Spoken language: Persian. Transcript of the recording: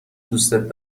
دوستت